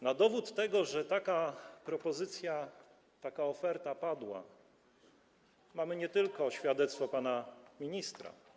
Na dowód tego, że taka propozycja, oferta padła, mamy nie tylko świadectwo pana ministra.